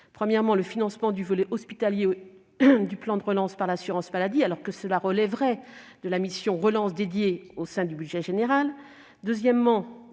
premièrement, le financement du volet hospitalier du plan de relance par l'assurance maladie, alors que cela devrait relever de la mission « Plan de relance » dédiée au sein du budget général ; deuxièmement,